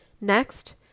Next